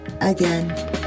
again